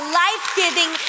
life-giving